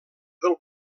del